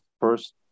first